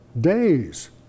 days